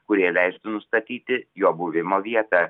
kurie leistų nustatyti jo buvimo vietą